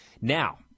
Now